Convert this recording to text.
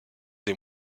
des